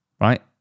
right